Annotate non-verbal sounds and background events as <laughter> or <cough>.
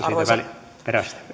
<unintelligible> arvoisa puhemies